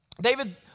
David